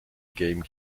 game